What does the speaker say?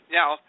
now